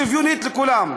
שוויונית לכולם.